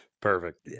Perfect